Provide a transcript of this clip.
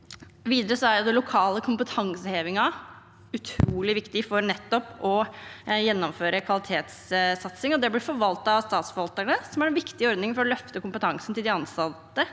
utrolig viktig for nettopp å gjennomføre kvalitetssatsing. Det blir forvaltet av statsforvalterne og er en viktig ordning for å løfte kompetansen til de ansatte